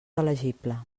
elegible